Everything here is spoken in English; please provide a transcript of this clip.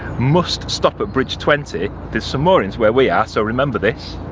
must stop at bridge twenty, there's some moorings where we are, so remember this.